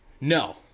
No